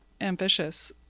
ambitious